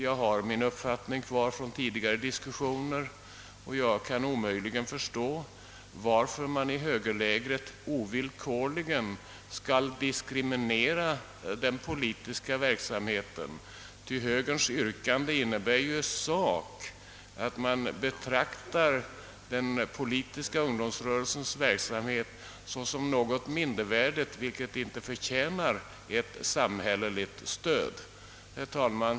Jag har kvar min uppfattning från tidigare diskussioner. Jag kan omöjligen förstå varför man i högerlägret ovillkorligen skall diskriminera den politiska verksamheten, ty högerns yrkande innebär i sak att man betraktar den politiska ungdomsrörelsens verksamhet som något mindervärdigt och inte förtjänt av ett samhälleligt stöd. Herr talman!